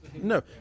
No